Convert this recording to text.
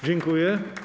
Dziękuję.